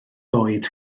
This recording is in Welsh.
oed